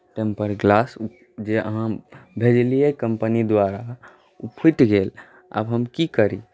temper glass जे अहाँ भेजलियै कम्पनी द्वारा ओ फुटि गेल आब हम की करी